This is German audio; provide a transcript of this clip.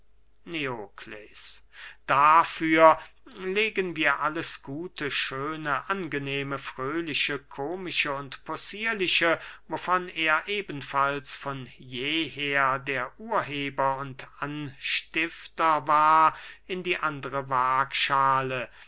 neokles dafür legen wir alles gute schöne angenehme fröhliche komische und possierliche wovon er ebenfalls von jeher der urheber und anstifter war in die andere wagschale